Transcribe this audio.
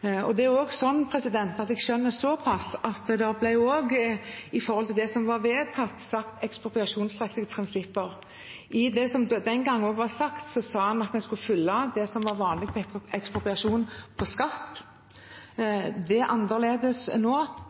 Jeg skjønner også såpass at det ble sagt i det som ble vedtatt, ekspropriasjonsrettslige prinsipper. Og ut fra det som den gangen også ble sagt, skulle en følge det som var vanlig ved ekspropriasjon når det gjelder skatt. Det er annerledes nå.